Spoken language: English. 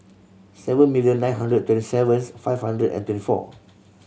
seven million nine hundred twenty seventh five hundred and twenty four